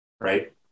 right